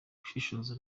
gushishoza